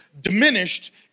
diminished